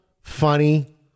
funny